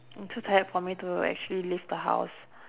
I'm too tired for me to actually leave the house